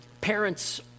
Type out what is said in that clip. parents